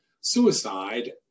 suicide